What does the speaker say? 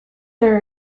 there